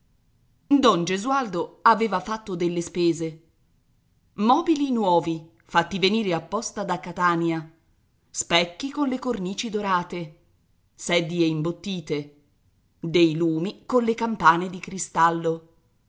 don gesualdo aveva fatto delle spese mobili nuovi fatti venire apposta da catania specchi con le cornici dorate sedie imbottite dei lumi con le campane di